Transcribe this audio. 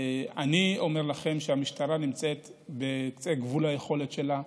אני אומר לכם שהמשטרה נמצאת בקצה גבול היכולת שלה,